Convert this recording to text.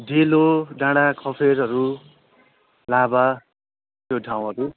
डेलो डाँडा कफेरहरू लाभा त्यो ठाँउहरू